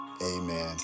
Amen